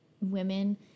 women